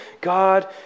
God